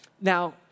Now